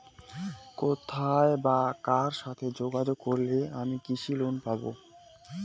কোথায় বা কার সাথে যোগাযোগ করলে আমি কৃষি লোন পাব?